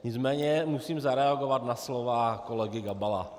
Nicméně musím zareagovat na slova kolegy Gabala.